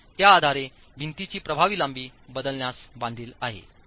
आणि त्या आधारे भिंतीची प्रभावी लांबी बदलण्यास बांधील आहे